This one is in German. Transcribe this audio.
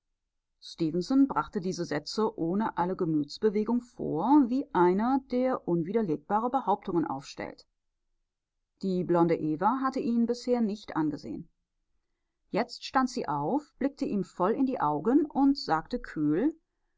brachte diese sätze ohne alle gemütsbewegung vor wie einer der unwiderlegbare behauptungen aufstellt die blonde eva hatte ihn bisher nicht angesehen jetzt stand sie auf blickte ihm voll in die augen und sagte kühl